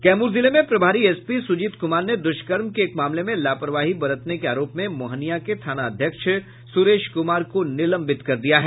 कैमूर जिले में प्रभारी एसपी सुजीत कुमार ने दुष्कर्म के एक मामले में लापरवाही बरतने के आरोप में मोहनिया के थानाध्यक्ष सुरेश कुमार को निलंबित कर दिया है